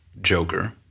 joker